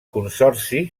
consorci